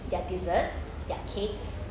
their dessert their cakes